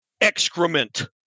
excrement